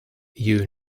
you